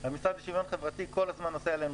המשרד לשוויון חברתי כל הזמן עושה עלינו